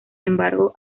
embargo